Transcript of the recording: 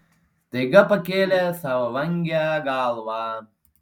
staiga pakėlė savo vangią galvą